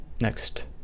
next